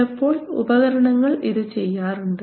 ചിലപ്പോൾ ഉപകരണങ്ങൾ ഇത് ചെയ്യാറുണ്ട്